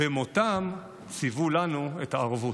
במותם ציוו לנו את הערבות.